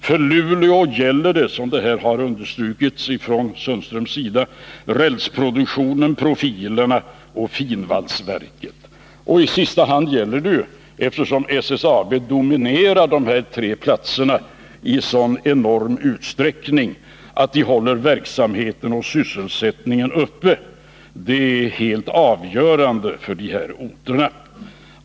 För Luleå gäller det, som Sten-Ove Sundström har understrukit, rälsproduktionen, profilerna och finvalsverket. I sista hand gäller det — eftersom SSAB dominerar de här tre platserna i så enorm utsträckning som fallet är — att hålla verksamheten och sysselsättningen uppe. Det är helt avgörande för de här orterna.